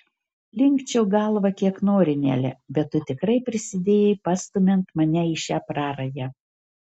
linkčiok galvą kiek nori nele bet tu tikrai prisidėjai pastumiant mane į šią prarają